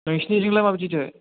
नोंसोरनिथिंलाय मा बायदिथो